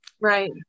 Right